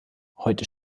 heute